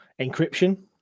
encryption